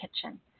kitchen